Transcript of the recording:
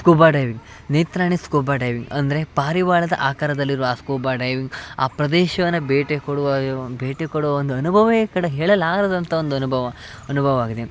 scuba diving Netrani scuba diving ಅಂದರೆ ಪಾರಿವಾಳದ ಆಕಾರದಲ್ಲಿರುವ ಆ ಸ್ಕೂಬಾ ಡೈವಿಂಗ್ ಆ ಪ್ರದೇಶವನ್ನು ಭೇಟಿ ಕೊಡುವ ಭೇಟಿ ಕೊಡುವ ಒಂದು ಅನುಭವವೇ ಈ ಕಡೆ ಹೇಳಲಾರದಂಥ ಒಂದು ಅನುಭವ ಅನುಭವ ಆಗಿದೆ